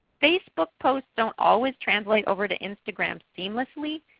facebook posts don't always translate over to instagram seamlessly.